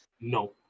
No